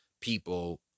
people